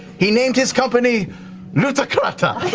he named his company lootacrata.